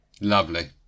Lovely